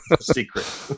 Secret